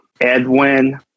Edwin